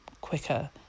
quicker